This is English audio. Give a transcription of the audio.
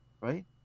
right